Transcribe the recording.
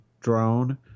drone